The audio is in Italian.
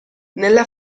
nella